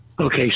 Okay